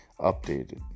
updated